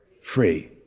Free